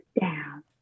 down